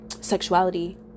sexuality